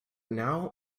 now